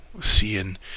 seeing